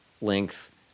length